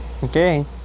Okay